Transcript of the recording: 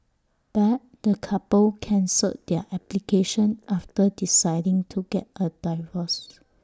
but the couple cancelled their application after deciding to get A divorce